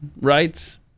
rights